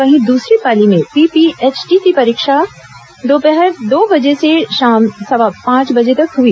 वहीं दूसरी पाली में पीपीएचटी की प्रवेश परीक्षा दोपहर दो बजे से शाम सवा पांच बजे तक हुई